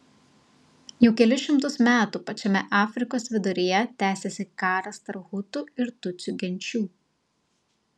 jau kelis šimtus metų pačiame afrikos viduryje tęsiasi karas tarp hutų ir tutsių genčių